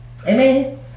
Amen